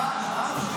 מה המשמעות,